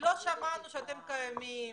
לא שמענו שאתם קיימים,